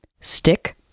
Stick